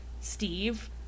Steve